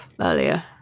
earlier